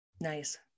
Nice